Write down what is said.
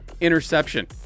interception